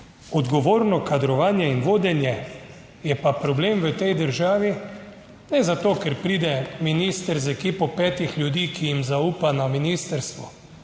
Odgovorno kadrovanje in vodenje je pa problem v tej državi, ne zato, ker pride minister z ekipo petih ljudi, ki jim zaupa na ministrstvu,